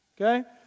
okay